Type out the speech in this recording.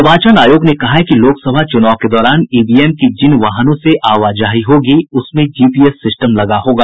निर्वाचन आयोग ने कहा है कि लोकसभा चुनाव के दौरान ईवीएम की जिन वाहनों से आवाजाही होगी उसमें जीपीएस सिस्टम लगा होगा